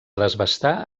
desbastar